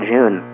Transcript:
June